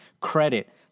credit